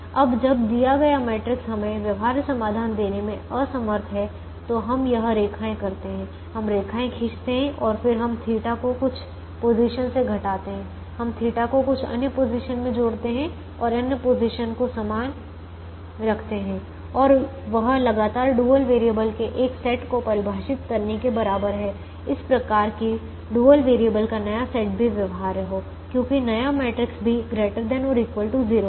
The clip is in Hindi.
अब जब दिया गया मैट्रिक्स हमें एक व्यवहार्य समाधान देने में असमर्थ हैं तो हम यह रेखाएं करते हैं हम रेखाएँ खींचते हैं और फिर हम थीटा को कुछ पोजीशन से घटाते हैं हम थीटा को कुछ अन्य पोजीशन में जोड़ते हैं और अन्य पोजीशन को समान रखते हैं और वह लगातार डुअल वेरिएबल के एक नए सेट को परिभाषित करने के बराबर है इस प्रकार कि डुअल वेरिएबल का नया सेट भी व्यवहार्य हो क्योंकि नया मैट्रिक्स भी ≥ 0 है